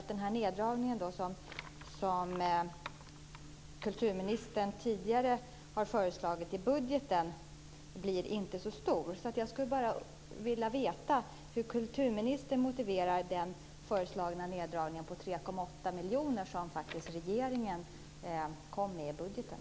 Den neddragning som kulturministern föreslog i budgeten blir alltså inte så stor. Jag skulle bara vilja veta hur kulturministern motiverar neddragningen på 3,8 miljoner som regeringen föreslog i budgeten.